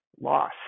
loss